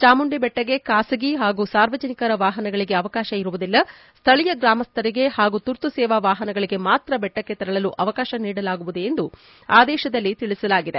ಚಾಮುಂದಿ ಬೆಟ್ಟಕ್ಕೆ ಖಾಸಗಿ ಹಾಗೂ ಸಾರ್ವಜನಿಕರ ವಾಹನಗಳಿಗೆ ಅವಕಾಶ ಇರುವುದಿಲ್ಲ ಸ್ಥಳೀಯ ಗ್ರಾಮಸ್ದರಿಗೆ ಹಾಗೂ ತುರ್ತುಸೇವಾ ವಾಹನಗಳಿಗೆ ಮಾತ್ರ ಬೆಟ್ಟಕ್ಕೆ ತೆರಳಲು ಅವಕಾಶ ನೀಡಲಾಗುವುದು ಎಂದು ಆದೇಶದಲ್ಲಿ ತಿಳಿಸಲಾಗಿದೆ